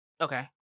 Okay